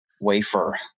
wafer